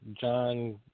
John